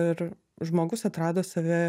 ir žmogus atrado save